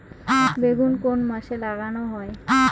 বেগুন কোন মাসে লাগালে ভালো হয়?